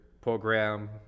program